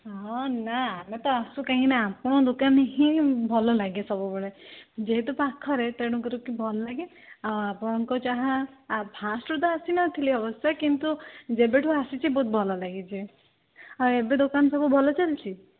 ହଁ ନା ଆମେ ତ ଆସୁ କାହିଁକି ନା ଆପଣଙ୍କ ଦୋକାନ ହିଁ ଭଲ ଲାଗେ ସବୁବେଳେ ଯେହେତୁ ପାଖରେ ତେଣୁକରି କି ଭଲ ଲାଗେ ଆଉ ଆପଣଙ୍କ ଚାହା ଫାଷ୍ଟରୁ ତ ଆସି ନଥିଲି ଅବଶ୍ୟ କିନ୍ତୁ ଯେବେଠୁ ଆସିଛି ବହୁତ ଭଲ ଲାଗିଛି ଆଉ ଏବେ ଦୋକାନ ସବୁ ଭଲ ଚାଲିଛି